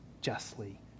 justly